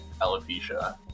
alopecia